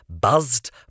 buzzed